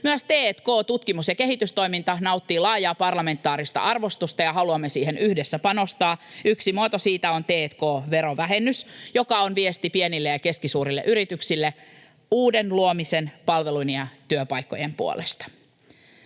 Myös t&k, tutkimus- ja kehitystoiminta, nauttii laajaa parlamentaarista arvostusta, ja haluamme siihen yhdessä panostaa. Yksi muoto siitä on t&k-verovähennys, joka on viesti pienille ja keskisuurille yrityksille uuden luomisen, palvelujen ja työpaikkojen puolesta.